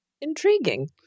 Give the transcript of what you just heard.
Intriguing